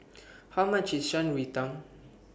How much IS Shan Rui Tang